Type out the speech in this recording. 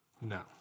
No